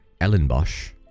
Ellenbosch